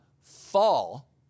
fall